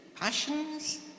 passions